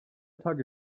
tage